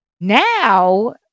Now